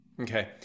Okay